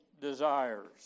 desires